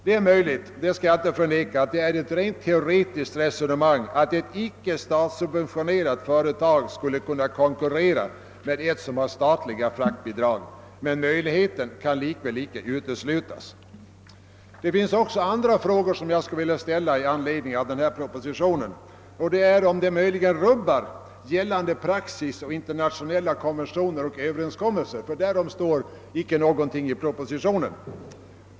Det är möjligt — det skall jag inte förneka — att det är ett rent teoretiskt resonemang att ett icke statssubventionerat företag skulle kunna konkurrera med ett som har statliga fraktbidrag, men möjligheten kan likväl inte uteslutas. Det finns andra frågor som jag skulle vilja ställa i anledning av denna proposition. Den ena är om den möjligen rubbar gällande praxis och internationella konventioner och överenskommelser. Därom står icke någonting i propositionen.